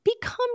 become